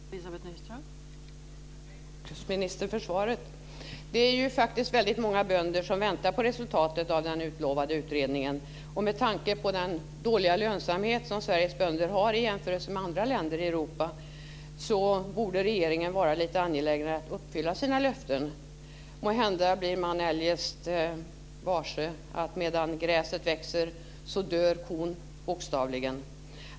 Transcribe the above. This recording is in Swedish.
Fru talman! Jag tackar jordbruksministern för svaret. Det är ju faktiskt väldigt många bönder som väntar på resultatet av den utlovade utredningen, och med tanke på den dåliga lönsamhet som Sveriges bönder har i jämförelse med bönder i andra länder i Europa borde regeringen vara lite angelägnare om att uppfylla sina löften. Måhända blir man eljest varse att medan gräset växer dör kon - bokstavligen.